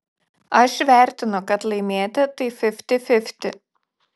aš vertinu kad laimėti tai fifty fifty